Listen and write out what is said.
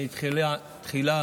אני תחילה